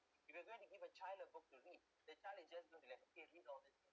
if you're going to give a child a book to read the child will just look like